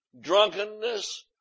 drunkenness